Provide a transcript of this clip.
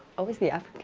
always the africans.